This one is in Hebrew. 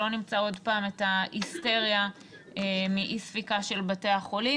שלא נמצא עוד פעם את ההיסטריה מאי-ספיקה של בתי החולים.